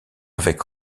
avec